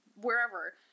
wherever